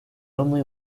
only